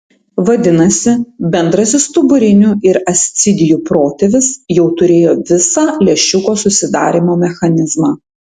vadinasi bendrasis stuburinių ir ascidijų protėvis jau turėjo visą lęšiuko susidarymo mechanizmą